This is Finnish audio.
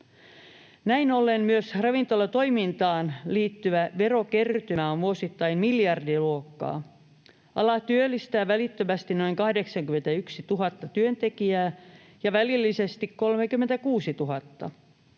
Näin ollen myös ravintolatoimintaan liittyvä verokertymä on vuosittain miljardiluokkaa. Ala työllistää välittömästi noin 81 000 työntekijää ja välillisesti 36 000.